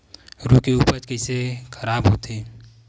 रुई के उपज कइसे खराब होथे?